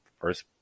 first